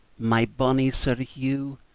my bonny sir hugh,